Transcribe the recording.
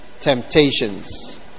temptations